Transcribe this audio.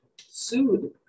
sued